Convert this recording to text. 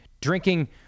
drinking